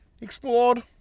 Explored